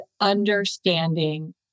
understanding